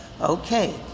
okay